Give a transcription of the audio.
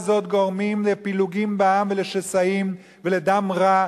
כי הטרור וההפחדה האלה גורמים לפילוגים בעם ולשסעים ולדם רע.